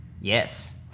Yes